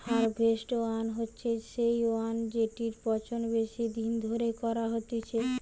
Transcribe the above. harvest wine হচ্ছে সেই wine জেটির পচন বেশি দিন ধরে করা হতিছে